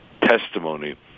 testimony